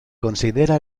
considera